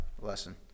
lesson